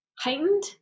heightened